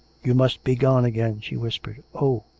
you must begone again, she whispered. oh!